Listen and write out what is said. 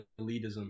elitism